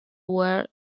where